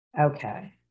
Okay